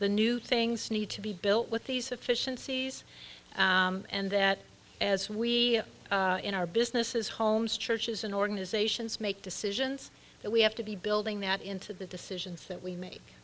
the new things need to be built with these efficiencies and that as we in our businesses homes churches and organizations make decisions that we have to be building that into the decisions that we make